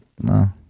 No